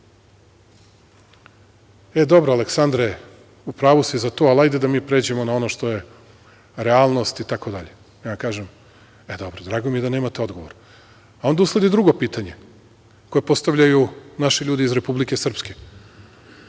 dobro Aleksandre, u pravu si za to, ali hajde da mi pređemo na ono što je realnost itd. Ja kažem – e, dobro, drago mi je da nemate odgovor. Onda usledi drugo pitanje koje postavljaju naši ljudi iz Republike Srpske,